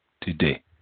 today